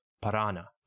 Parana